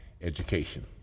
education